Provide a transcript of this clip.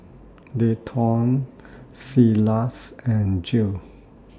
Dayton Silas and Jill